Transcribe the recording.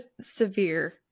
severe